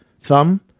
thumb